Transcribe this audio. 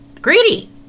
Greedy